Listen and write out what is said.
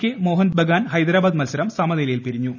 K Mohun Bagan Hyderabad മത്സരം സമനിലയിൽ പിരിഞ്ഞു